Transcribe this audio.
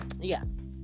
yes